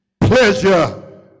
pleasure